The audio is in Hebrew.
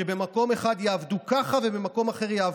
והיא עובדת 24 שעות שבועיות כפי שהרב ליצמן קבע בחוק